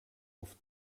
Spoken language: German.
auf